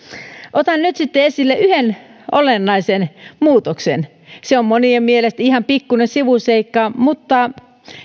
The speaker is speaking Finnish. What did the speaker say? otan nyt sitten esille yhden olennaisen muutoksen se on monien mielestä ihan pikkuinen sivuseikka